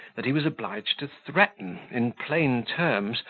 that he was obliged to threaten, in plain terms,